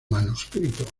manuscrito